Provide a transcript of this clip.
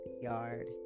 yard